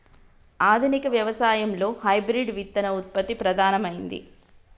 ఆధునిక వ్యవసాయం లో హైబ్రిడ్ విత్తన ఉత్పత్తి ప్రధానమైంది